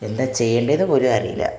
എന്താണ് ചെയ്യേണ്ടതെന്ന് പോലും അറിയില്ല